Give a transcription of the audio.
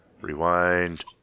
rewind